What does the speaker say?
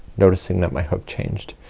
noticing that my hook changed.